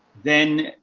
then,